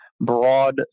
broad